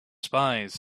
spies